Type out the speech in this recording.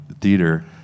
theater